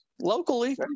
locally